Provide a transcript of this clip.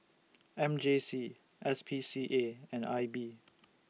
M J C S P C A and I B